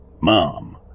Mom